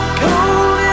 cold